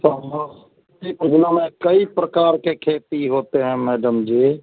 क्या हुआ ईपूघना में कई प्रकार के खेती होते हैं मैडम जी